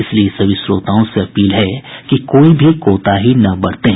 इसलिए सभी श्रोताओं से अपील है कि कोई भी कोताही न बरतें